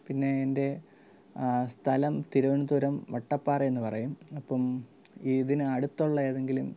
പിന്നെ എൻ്റെ സ്ഥലം തിരുവനന്തപുരം വട്ടപ്പാറ എന്നു പറയും അപ്പം ഇതിന് അടുത്തുള്ള ഏതെങ്കിലും